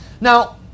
now